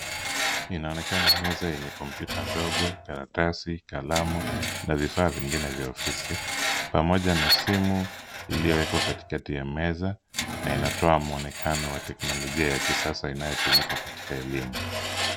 Inaonekana meza yenye kompyuta ndogo, karatasi, kalamu na vifaa vingine vya ofisi pamoja na simu iliyowekwa katikati ya meza na inatoa muonekano wa teknolojia ya kisasa inayotumika katika elimu.